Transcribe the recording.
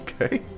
Okay